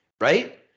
right